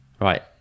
Right